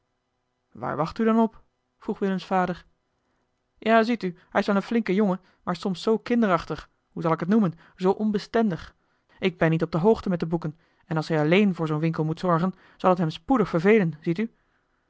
waar wacht u dan op vroeg willems vader ja ziet u hij is wel een flinke jongen maar soms zoo kinderachtig hoe zal ik het noemen zoo onbestendig ik ben niet op de hoogte met de boeken en als hij alleen voor zoo'n winkel moet zorgen zal het hem spoedig vervelen ziet u